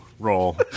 Roll